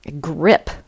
grip